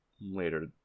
later